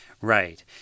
Right